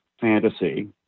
fantasy